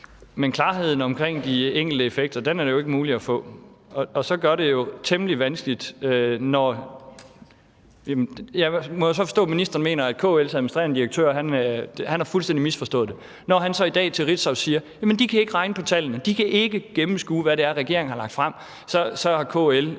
Men klarheden omkring de enkelte effekter er det jo ikke muligt at få. Jeg må så forstå, at ministeren mener, at KL's administrerende direktør fuldstændig har misforstået det, når han så i dag til Ritzau siger, at de kan ikke regne på tallene, og at de kan ikke gennemskue, hvad det er, regeringen har lagt frem. Så har KL